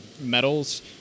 metals